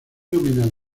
nominal